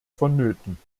vonnöten